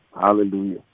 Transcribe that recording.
Hallelujah